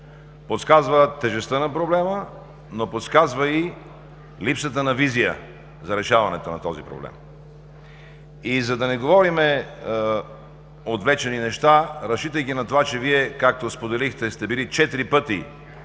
подсказва тежестта на проблема, но подсказва и липсата на визия за решаването на този проблем. И за да не говорим отвлечени неща, разчитайки на това, че Вие, както споделихте, сте били четири пъти